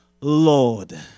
Lord